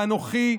ואנוכי,